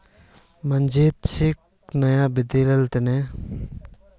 मंजीत कृषि विश्वविद्यालय स ग्राफ्टिंग तकनीकक सीखिल छ